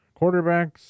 quarterbacks